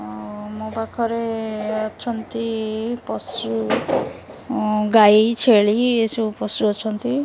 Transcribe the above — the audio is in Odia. ମୋ ପାଖରେ ଅଛନ୍ତି ପଶୁ ଗାଈ ଛେଳି ଏସବୁ ପଶୁ ଅଛନ୍ତି